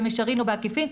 במישרין או בעקיפין,